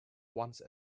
once